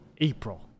April